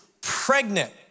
pregnant